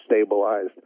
stabilized